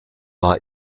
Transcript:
war